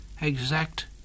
exact